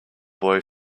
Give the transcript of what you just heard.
boy